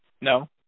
No